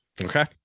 Okay